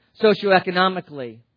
socioeconomically